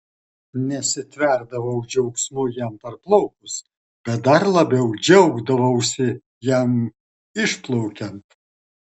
nesitverdavau džiaugsmu jam parplaukus bet dar labiau džiaugdavausi jam išplaukiant